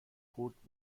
خورد